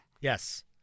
Yes